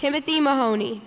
timothy maloney